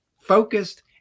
focused